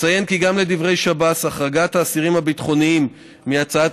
אציין כי גם לדברי שב"ס החרגת האסירים הביטחוניים מהצעת